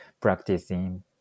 practicing